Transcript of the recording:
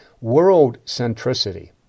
World-centricity